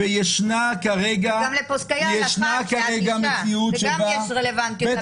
וגם לפוסקי הלכה --- יש גם רלוונטיות --- וישנה כרגע